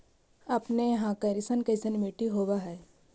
अपने यहाँ कैसन कैसन मिट्टी होब है?